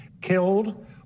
killed